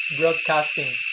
broadcasting